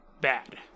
bad